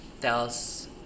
tells